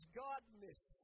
godness